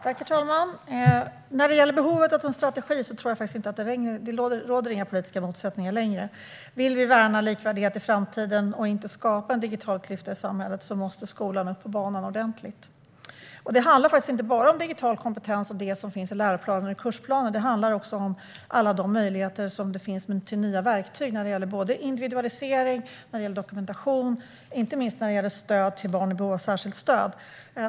Herr talman! När det gäller behovet av en strategi tror jag inte att det längre råder några politiska motsättningar. Skolan måste upp på banan ordentligt om vi vill värna likvärdighet i framtiden och inte skapa en digital klyfta i samhället. Det handlar inte bara om digital kompetens och det som finns i läroplaner och i kursplaner. Det handlar också om alla de möjligheter som finns till nya verktyg när det gäller individualisering, dokumentation och - inte minst - stöd till barn med behov av särskilt stöd.